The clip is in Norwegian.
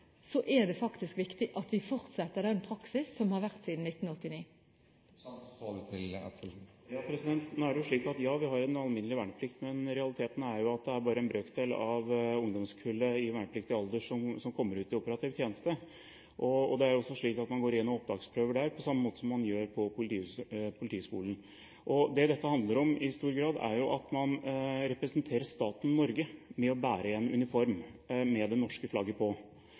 er det faktisk viktig at vi fortsetter den praksisen som har vært siden 1989. Ja, vi har en alminnelig verneplikt, men realiteten er jo at det bare er en brøkdel av ungdomskullene i vernepliktig alder som kommer ut i operativ tjeneste, og man går gjennom opptaksprøver der, på samme måte som på Politihøgskolen. Dette handler i stor grad om at man representerer staten Norge ved å bære en uniform med det norske flagget på.